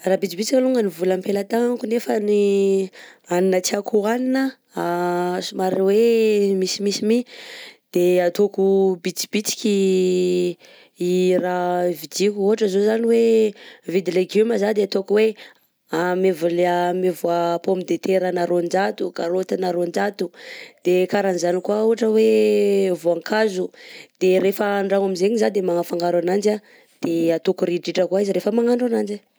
Raha bitibitika alongany vola ampelatagnako nefany hanina tiako hohanina somary hoe misimisy mi de ataoko bitibitiky raha vidiko. Ohatra zao zany hoe mividy légume zaho de ataoko hoe amevo an'le amevo a pomme de terre-na roanjato, karaotina roanjato de karanjany koà ohatra hoe vaonkazo de rehefa andragno aminjegny zaho de magnafangaro ananjy de ataoko ridritra koà izy rehefa mahandro ananjy.